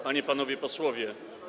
Panie i Panowie Posłowie!